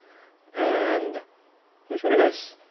and here's what it is.